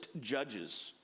judges